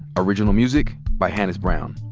original music by hannis brown.